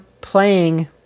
playing